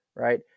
right